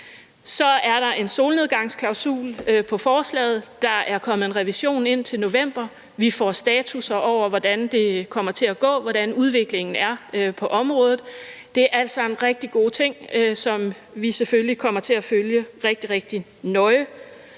Så er der en solnedgangsklausul på forslaget, der er kommet en revision ind til november, vi får statusser over, hvordan det kommer til at gå; hvordan udviklingen er på området. Det er alt sammen rigtig gode ting, som vi selvfølgelig kommer til at følge rigtig, rigtig nøje.